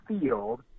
field